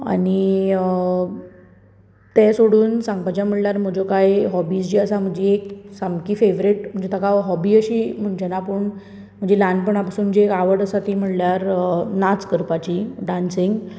आनी तें सोडून सांगपाचें म्हणल्यार म्हजो काय हॉबीज जो आसात जी सामकी फॅवरॅट म्हणजे ताका हॉबी अशें म्हणचें ना पूण म्हणजे ल्हानपणा पासून आवड जी आसा ती म्हणळ्यार नाच करपाची डानसींग